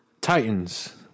Titans